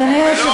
אז אני מתנצל.